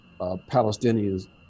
Palestinians